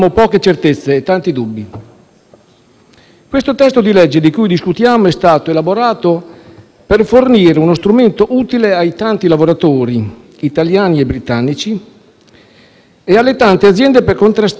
questo testo di legge di cui discutiamo è stato elaborato per fornire uno strumento utile ai tanti lavoratori, italiani e britannici, e alle tante aziende per contrastare la situazione di incertezza